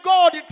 God